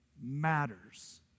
matters